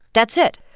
that's it.